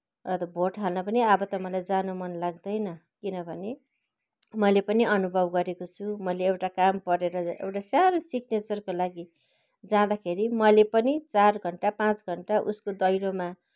अब त भोट हाल्न पनि अब त मलाई जानु मन लाग्दैन किनभने मैले पनि अनुभव गरेको छु मैले एउटा काम परेर एउटा सानो सिग्नेचरको लागि जाँदाखेरि मैले पनि चार घन्टा पाँच घन्टा उसको दैलोमा